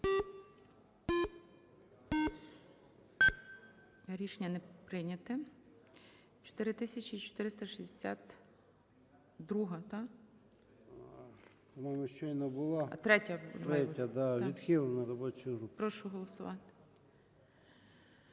рішення не прийнято.